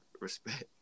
respect